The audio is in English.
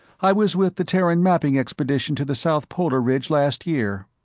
i was with the terran mapping expedition to the south polar ridge last year.